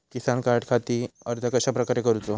किसान कार्डखाती अर्ज कश्याप्रकारे करूचो?